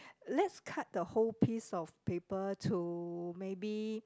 let's cut the whole piece of paper to maybe